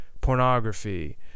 pornography